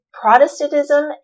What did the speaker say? Protestantism